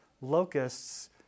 locusts